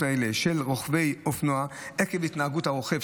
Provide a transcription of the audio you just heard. האלה של רוכבי אופנוע עקב התנהגות הרוכב,